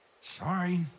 Sorry